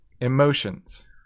Emotions